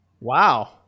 Wow